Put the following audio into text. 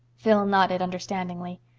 phil nodded understandingly.